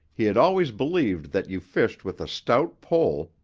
he had always believed that you fished with a stout pole,